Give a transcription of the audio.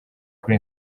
kuri